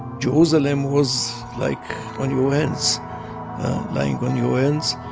jerusalem was like on your hands, lying on your hands,